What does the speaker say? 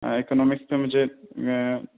economics پہ مجھے